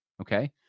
Okay